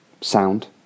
Sound